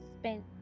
spent